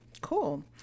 Cool